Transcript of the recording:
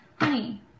Honey